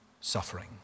suffering